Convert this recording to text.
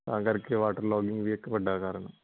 ਤਾਂ ਕਰਕੇ water logging ਵੀ ਇਕ ਵੱਡਾ ਕਾਰਨ